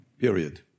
period